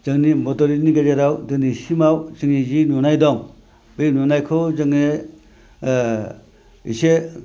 जोंनि बड'लेण्डनि गेजेराव दिनैसिमाव जोंनि जि नुनाय दं बे नुनायखौ जोङो एसे